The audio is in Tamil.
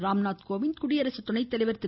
ராம்நாத்கோவிந்த் குடியரசுத்துணைத்தலைவர் திரு